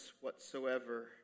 whatsoever